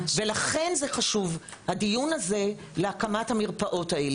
לכן הדיון על הקמת המרפאות האלה הוא כל כך חשוב.